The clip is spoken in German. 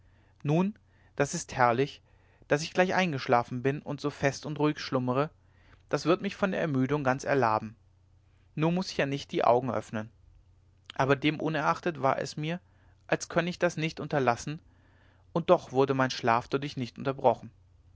nun das ist herrlich daß ich gleich eingeschlafen bin und so fest und ruhig schlummere das wird mich von der ermüdung ganz erlaben nur muß ich ja nicht die augen öffnen aber demunerachtet war es mir als könne ich das nicht unterlassen und doch wurde mein schlaf dadurch nicht unterbrochen